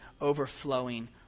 overflowing